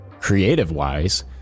creative-wise